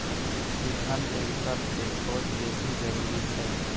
ईंधन के विकल्प के खोज बेसी जरूरी छै